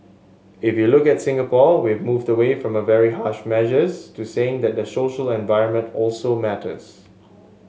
if you look at Singapore we've moved away from very harsh measures to saying that the social environment also matters